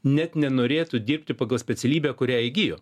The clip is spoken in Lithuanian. net nenorėtų dirbti pagal specialybę kurią įgijo